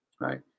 right